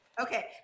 Okay